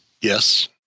Yes